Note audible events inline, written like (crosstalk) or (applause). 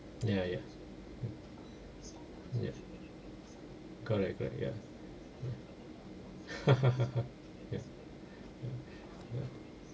ya ya mm ya correct correct ya mm (laughs) ya mm